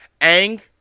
Ang